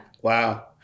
wow